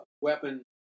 weapon